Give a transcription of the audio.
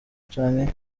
canke